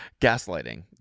Gaslighting